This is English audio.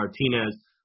Martinez